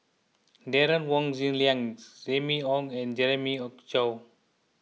Derek Wong Zi Liang Remy Ong and Jeremiah Choy